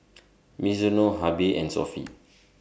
Mizuno Habibie and Sofy